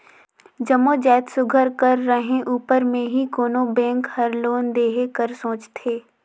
जम्मो जाएत सुग्घर कर रहें उपर में ही कोनो बेंक हर लोन देहे कर सोंचथे